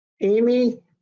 Amy